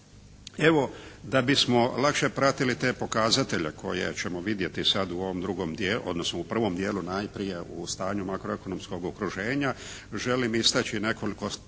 Evo, da bismo lakše pratili te pokazatelje koje ćemo vidjeti sad u ovom drugom dijelu, odnosno u prvom dijelu najprije u stanju makroekonomskom okruženja. Želim istaći nekoliko temeljnih